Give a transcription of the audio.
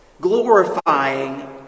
glorifying